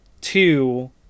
two